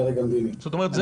זאת אומרת,